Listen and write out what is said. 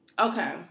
okay